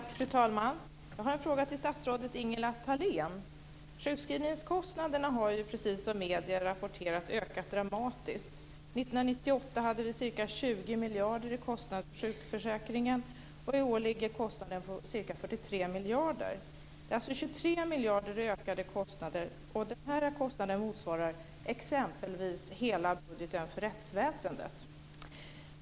Fru talman! Jag har en fråga till statsrådet Ingela Sjukskrivningskostnaderna har, precis som medierna har rapporterat, ökat dramatiskt. 1998 låg kostnaden på ca 20 miljarder för sjukförsäkringen, och i år ligger kostnaden på ca 43 miljarder. Det är alltså 23 miljarder i ökade kostnader. Den här kostnaden motsvarar exempelvis hela budgeten för rättsväsendet.